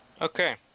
Okay